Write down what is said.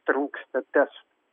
trūksta testų